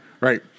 Right